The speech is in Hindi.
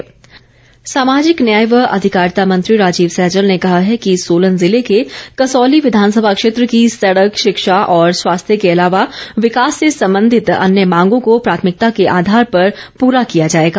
सैजल सामाजिक न्याय व अधिकारिता मंत्री राजीव सैजल ने कहा है कि सोलन जिले के कसौली विधानसभा क्षेत्र की सड़क शिक्षा और स्वास्थ्य के अलावा विकास से संबंधित अन्य मांगों को प्राथमिकता के आधार पर पूरा किया जाएगा